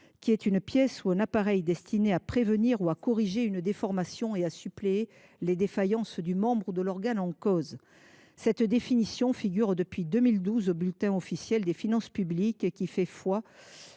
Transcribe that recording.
qui est une pièce ou un appareil destiné à prévenir ou à corriger une déformation ou à suppléer les défaillances du membre ou de l’organe en cause. Cette définition figure, depuis 2012, au Bulletin officiel des finances publiques, qui fait foi